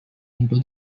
into